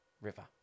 river